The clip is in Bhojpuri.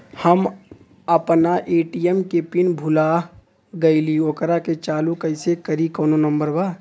हम अपना ए.टी.एम के पिन भूला गईली ओकरा के चालू कइसे करी कौनो नंबर बा?